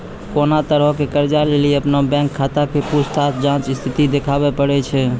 कोनो तरहो के कर्जा लेली अपनो बैंक खाता के पूछताछ जांच स्थिति देखाबै पड़ै छै